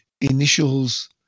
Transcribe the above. initials